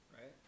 right